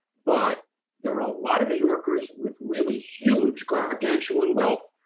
but there are a lot of new yorkers with really huge gargantuan wealth,